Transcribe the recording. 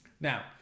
now